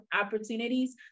opportunities